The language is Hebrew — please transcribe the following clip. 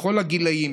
בכל הגילים,